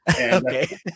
Okay